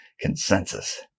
consensus